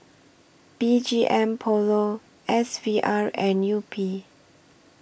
B G M Polo S V R and Yupi